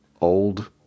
old